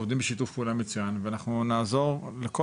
עובדים בשיתוף פעולה מצוין ואנחנו נעזור לכל